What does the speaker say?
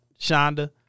Shonda